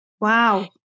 Wow